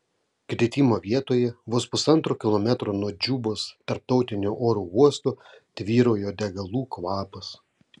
kritimo vietoje vos pusantro kilometro nuo džubos tarptautinio oro uosto tvyrojo degalų kvapas